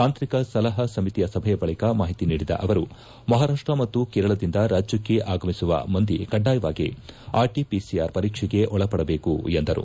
ತಾಂತ್ರಿಕ ಸಲಹಾ ಸಮಿತಿಯ ಸಭೆಯ ಬಳಿಕ ಮಾಹಿತಿ ನೀಡಿದ ಅವರು ಮಹಾರಾಷ್ಷ ಮತ್ತು ಕೇರಳದಿಂದ ರಾಜ್ಯಕ್ಕೆ ಆಗಮಿಸುವ ಮಂದಿ ಕಡ್ಡಾಯವಾಗಿ ಆರ್ಟಿಪಿಸಿಆರ್ ಪರೀಕ್ಷೆಗೆ ಒಳಪಡಬೇಕು ಎಂದು ತಿಳಿಸಿದ್ದಾರೆ